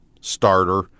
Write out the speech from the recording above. starter